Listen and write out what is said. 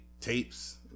tapes